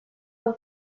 del